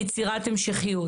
ליצירת המשכיות.